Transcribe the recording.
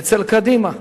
אצל קדימה.